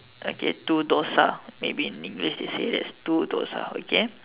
okay two dosa maybe in English is they say that is two dosa okay